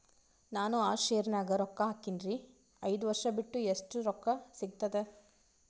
ನಾನು ಆ ಶೇರ ನ್ಯಾಗ ರೊಕ್ಕ ಹಾಕಿನ್ರಿ, ಐದ ವರ್ಷ ಬಿಟ್ಟು ಎಷ್ಟ ರೊಕ್ಕ ಸಿಗ್ತದ?